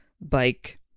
bike